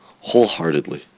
wholeheartedly